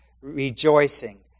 rejoicing